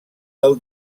del